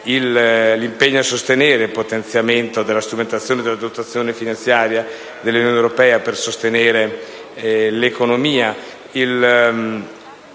l'impegno a promuovere il potenziamento della strumentazione e della dotazione finanziaria dell'Unione europea per sostenere l'economia,